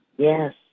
Yes